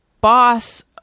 boss